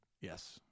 Yes